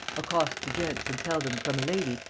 accost the gents and tell them, from a lady,